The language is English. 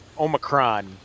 Omicron